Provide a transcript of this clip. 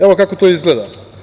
Evo kako to izgleda.